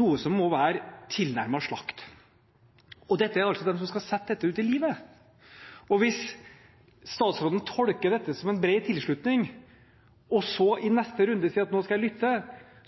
noe som må være tilnærmet slakt. Og dette er altså dem som skal sette dette ut i livet. Hvis statsråden tolker dette som en bred tilslutning og så i neste runde sier at nå skal han lytte,